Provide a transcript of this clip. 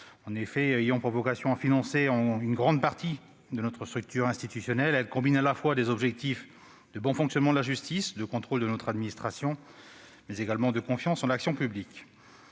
En effet, ayant pour vocation de financer une grande partie de notre structure institutionnelle, ces missions combinent à la fois des objectifs de bon fonctionnement de la justice, de contrôle de notre administration et de confiance en l'action publique.